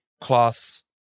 class